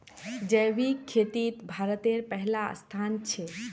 जैविक खेतित भारतेर पहला स्थान छे